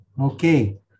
Okay